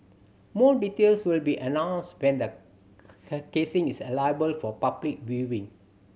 more details will be announced when the casing is for public viewing